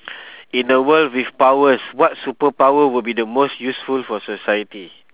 in a world with powers what superpower will be the most useful for society